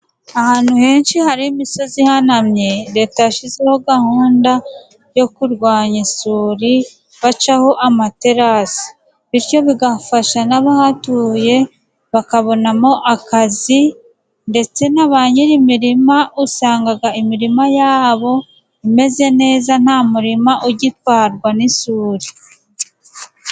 Ahantu henshi hari imisozi ihanamye Leta yashizeho gahunda yo kurwanya isuri bacaho amaterasi, bityo bigafasha n'abahatuye bakabonamo akazi, ndetse na ba nyiri imirima usangaga imirima yabo imeze neza nta murima ugitwarwa n'isuri.